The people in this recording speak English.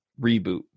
Reboot